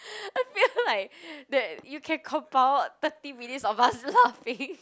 I feel like that you can compile thirty minutes of us laughing